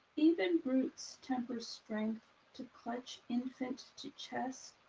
even brutes tempers strength to clutch infant to chest,